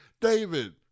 David